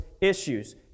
issues